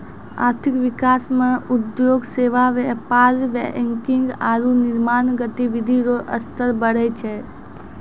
आर्थिक विकास मे उद्योग सेवा व्यापार बैंकिंग आरू निर्माण गतिविधि रो स्तर बढ़ै छै